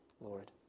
Lord